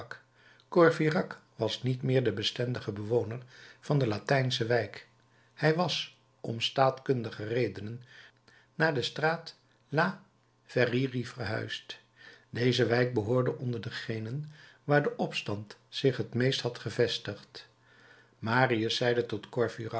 was niet meer de bestendige bewoner van de latijnsche wijk hij was om staatkundige redenen naar de straat la verrerie verhuisd deze wijk behoorde onder degene waar de opstand zich het meest had gevestigd marius zeide tot